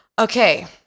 Okay